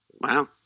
Wow